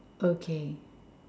okay